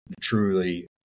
truly